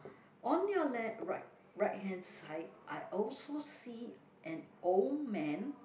on your left right right hand side I also see an old man